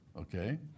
okay